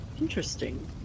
Interesting